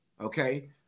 okay